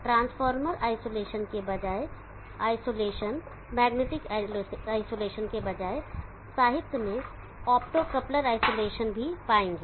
transformer isolation के बजाय magnetic isolation के बजाय साहित्य में ऑप्टोकॉपलर आइसोलेशन भी पाएंगे